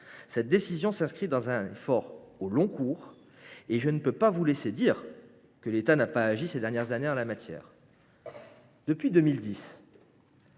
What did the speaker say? Cette décision s’inscrit dans un effort au long cours : je ne peux pas vous laisser dire que l’État n’a pas agi ces dernières années en la matière. Depuis 2010,